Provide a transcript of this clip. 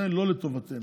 זה לא לטובתנו.